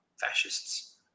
fascists